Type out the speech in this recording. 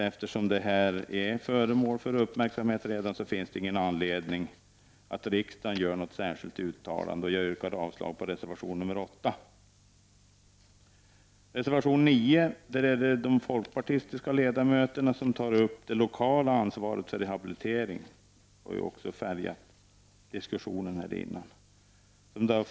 Eftersom det här redan är föremål för uppmärksamhet, finns det inte någon anledning till något särskilt uttalande från riksdagen. Jag yrkar avslag på reservation nr 8. I reservation nr9 tar utskottets folkpartistiska ledamöter upp frågan om det lokala ansvaret för rehabilitering — en fråga som också har färgat den tidigare diskussionen i dag.